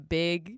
big